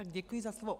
Děkuji za slovo.